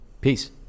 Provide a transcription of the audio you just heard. Peace